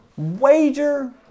wager